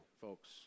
folks